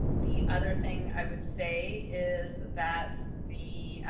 the other thing i would say, is that the,